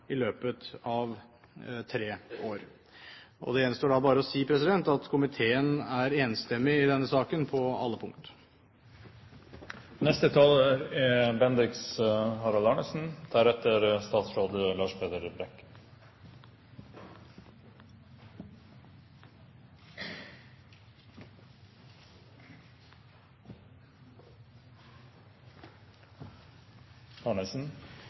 i løpet av tre år. Det gjenstår da bare å si at komiteen er enstemmig i denne saken på alle punkt. Sjøfartsdirektoratets overordnede mål er